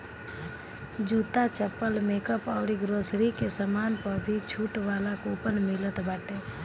जूता, चप्पल, मेकअप अउरी ग्रोसरी के सामान पअ भी छुट वाला कूपन मिलत बाटे